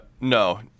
No